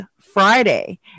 Friday